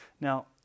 Now